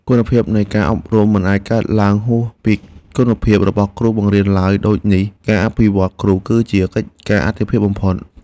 គុណភាពនៃការអប់រំមិនអាចកើនឡើងហួសពីគុណភាពរបស់គ្រូបង្រៀនឡើយដូចនេះការអភិវឌ្ឍគ្រូគឺជាកិច្ចការអាទិភាពបំផុត។